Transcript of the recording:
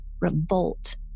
revolt